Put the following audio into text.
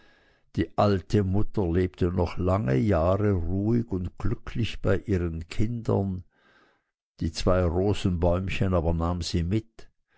die alte mutter lebte noch lange jahre ruhig und glücklich bei ihren kindern die zwei rosenbäumchen aber nahm sie mit